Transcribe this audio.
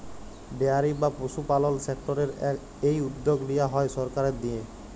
dairy বা পশুপালল সেক্টরের এই উদ্যগ লিয়া হ্যয় সরকারের দিঁয়ে